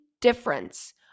difference